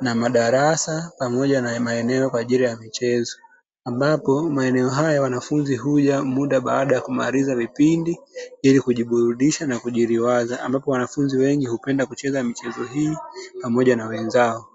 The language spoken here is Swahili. na madarasa, pamoja na maeneo kwa ajili ya michezo. Ambapo maeneo haya wanafunzi huja muda baada ya kumaliza vipindi, ili kujiburudisha na kijuliwaza ambapo wanafunzi wengi hupenda kucheza michezo hii pamoja na wenzao.